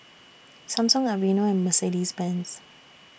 Samsung Aveeno and Mercedes Benz